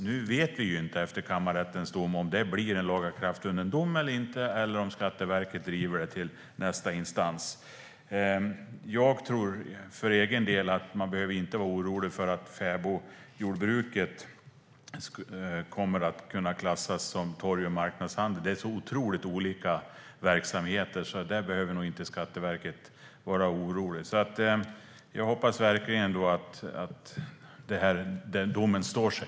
Nu vet vi ju inte om kammarrättens dom blir en lagakraftvunnen dom eller om Skatteverket driver detta till nästa instans. För egen del tror jag att man inte behöver vara orolig för att fäbodjordbruket ska komma att klassas som torg och marknadshandel. Det är så otroligt olika verksamheter. I det fallet behöver Skatteverket nog inte vara oroligt. Jag hoppas verkligen att domen står sig.